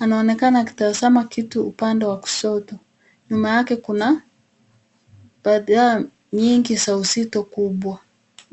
Anaonekana akitazama kitu upande wa kushoto. Nyuma yake kuna baadhi yao nyingi za uzito kubwa.